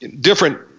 different